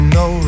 no